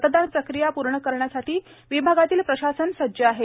मतदान प्रक्रिया पूर्ण करण्यासाठी विभागातील प्रशासन सज्ज आहे